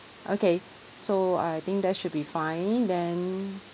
okay so I think that should be fine then